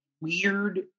weird